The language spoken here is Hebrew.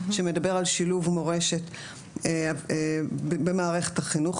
שמדבר על שילוב מורשת במערכת החינוך,